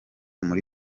muri